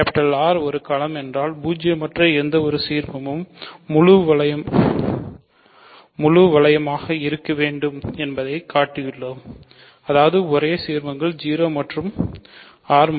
R ஒரு களம் என்றால் பூஜ்ஜியமற்ற எந்த சீர்மமும் முழு வளையமாக இருக்க வேண்டும் என்பதைக் காட்டியுள்ளோம் அதாவது ஒரே சீர்மங்கள் 0 மற்றும் R